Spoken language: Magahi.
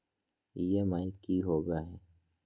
ई.एम.आई की होवे है?